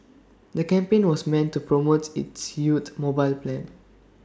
the campaign was meant to promote its youth mobile plan